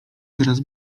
teraz